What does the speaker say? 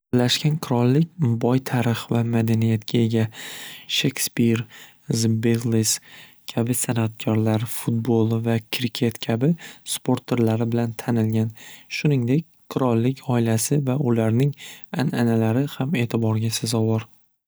Birlashgan qirollik boy tarix va madaniyatga ega shekspir, kabi san'atkorlar fudbol va kriket kabi sport turlari bilan tanilgan shuningdek qirollik oilasi va ularning an'analari ham e'tiborga sazovor.